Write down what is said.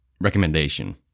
recommendation